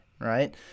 right